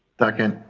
second.